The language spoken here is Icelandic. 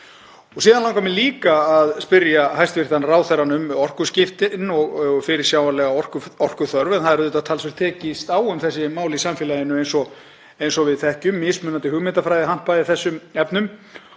Síðan langar mig líka að spyrja hæstv. ráðherra um orkuskiptin og fyrirsjáanlega orkuþörf en auðvitað er talsvert tekist á um þessi mál í samfélaginu eins og við þekkjum, mismunandi hugmyndafræði hampað í þessum efnum.